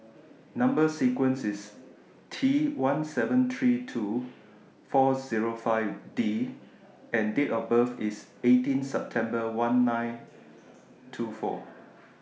Number sequence IS T one seven three two four Zero five D and Date of birth IS eighteen September one nine two four